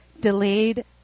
delayed